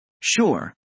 Sure